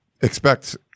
expect